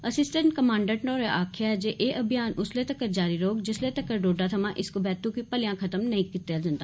assistant commandant होरें आखेआ जे एह् अभियान उसलै तक्कर जारी रौह्ग जिसलै तक्कर डोडा थमां इस कवैतू गी मलेआं खत्म नेई करी दित्ता जंदा